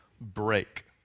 break